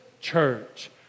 church